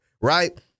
right